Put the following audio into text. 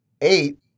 eight